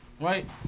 right